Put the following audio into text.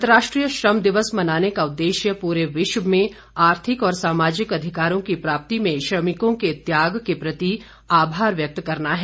अंतर्राष्ट्रीय श्रम दिवस मनाने का उद्देश्य पूरे विश्व में आर्थिक और सामाजिक अधिकारों की प्राप्ति में श्रमिकों के त्याग के प्रति आभार व्यक्त करना है